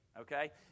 okay